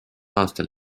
aastal